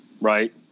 Right